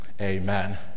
amen